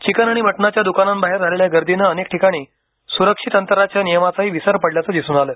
chicken आणि मटणाच्या दुकानांबाहेर झालेल्या गर्दीनं अनेक ठिकाणी सुरक्षित अंतराच्या नियमांचाही विसर पडल्याचं दिसून आलं